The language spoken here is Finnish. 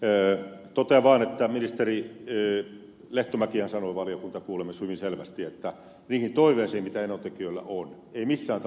totean vaan että ministeri lehtomäkihän sanoi valiokuntakuulemisessa hyvin selvästi että niihin toiveisiin mitä enontekiöllä on ei missään tapauksessa tulla suostumaan